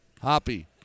Hoppy